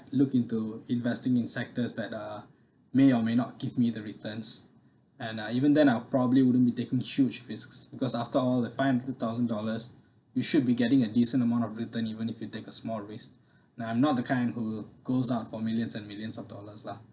look into investing in sectors that uh may or may not give me the returns and uh even then I'll probably wouldn't be taken huge risks because after all the five hundred thousand dollars you should be getting a decent amount of returns even if you take a small risk now I'm not the kind who goes out for millions and millions of dollars lah